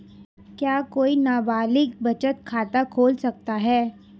क्या कोई नाबालिग बचत खाता खोल सकता है?